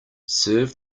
serve